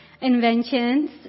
Inventions